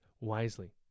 wisely